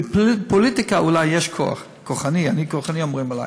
בפוליטיקה אולי יש כוח, אומרים עלי